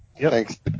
Thanks